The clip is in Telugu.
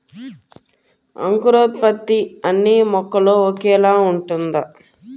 అంకురోత్పత్తి అన్నీ మొక్కలో ఒకేలా ఉంటుందా?